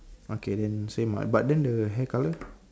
okay then same ah but then the hair colour